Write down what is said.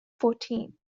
fourteen